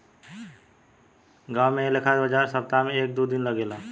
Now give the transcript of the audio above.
गांवो में ऐ लेखा बाजार सप्ताह में एक दू दिन लागेला